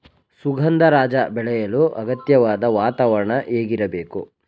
ಸುಗಂಧರಾಜ ಬೆಳೆಯಲು ಅಗತ್ಯವಾದ ವಾತಾವರಣ ಹೇಗಿರಬೇಕು?